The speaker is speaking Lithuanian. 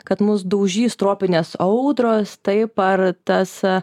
kad mus daužys tropinės audros taip ar tas